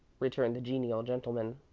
returned the genial gentleman.